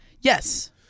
Yes